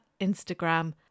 Instagram